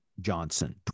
Johnson